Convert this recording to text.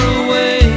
away